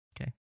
Okay